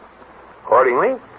Accordingly